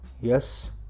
yes